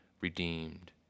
redeemed